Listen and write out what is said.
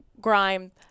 grime